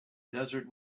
desert